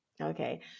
Okay